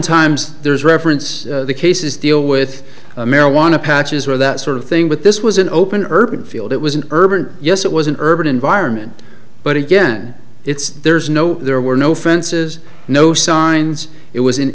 oftentimes there's reference cases deal with marijuana patches where that sort of thing with this was an open urban field it was an urban yes it was an urban environment but again it's there's no there were no fences no signs it was an